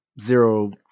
zero